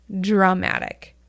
dramatic